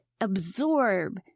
absorb